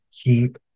keep